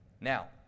Now